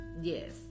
yes